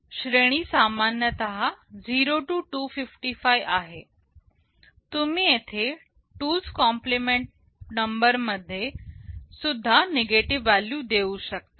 श्रेणी सामान्यतः 0 ते 255 आहे तुम्ही येथे 2 च्या कॉम्प्लीमेंट नंबर मध्ये सुद्धा निगेटिव्ह व्हॅल्यू देऊ शकता